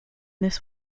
this